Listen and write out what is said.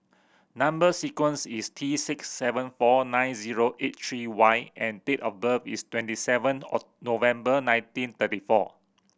number sequence is T six seven four nine zero eight three Y and date of birth is twenty seven November nineteen thirty four